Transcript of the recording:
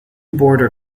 border